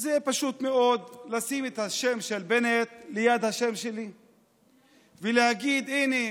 זה פשוט מאוד לשים את השם של בנט ליד השם שלי ולהגיד: הינה,